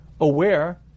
aware